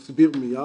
אני אסביר מיד.